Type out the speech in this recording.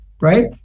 Right